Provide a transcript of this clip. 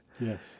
Yes